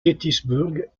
gettysburg